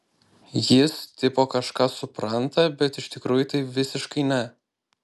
jis tipo kažką supranta bet iš tikrųjų tai visiškai ne